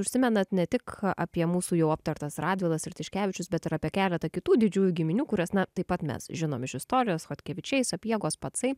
užsimenat ne tik apie mūsų jau aptartas radvilas ir tiškevičius bet ir apie keletą kitų didžiųjų giminių kurias na taip pat mes žinom iš istorijos chodkevičiai sapiegos pacai